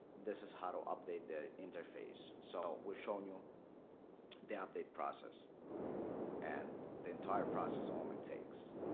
this is how to update the interface so we've shown you the ah update process and the entire process only takes